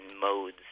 modes